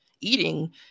eating